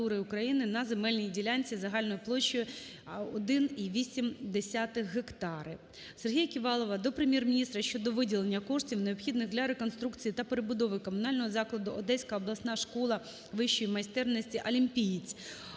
Сергія Ківалова до Прем'єр-міністра щодо виділення коштів, необхідних для реконструкції та перебудови комунального закладу "Одеська обласна школа вищої майстерності "Олімпієць".